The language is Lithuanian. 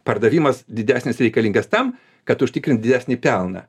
pardavimas didesnis reikalingas tam kad užtikrint didesnį pelną